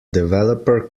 developer